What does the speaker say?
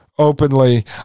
openly